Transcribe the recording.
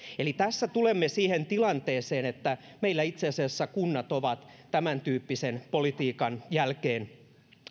eli tässä tulemme siihen tilanteeseen että meillä itse asiassa kunnat ovat tämäntyyppisen politiikan jälkeen